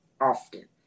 often